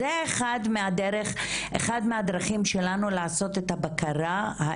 זו אחת מהדרכים שלנו לעשות את הבקרה ולהבין